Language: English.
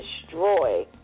destroy